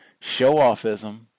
show-offism